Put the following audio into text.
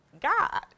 God